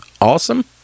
Awesome